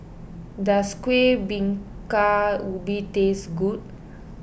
does Kueh Bingka Ubi taste good